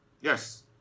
Yes